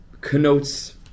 connotes